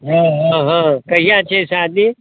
हँ हँ हँ कहिया छै शादी